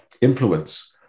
influence